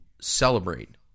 celebrate